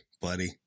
buddy